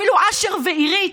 אפילו אשר ואירית,